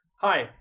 Hi